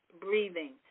breathing